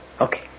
Okay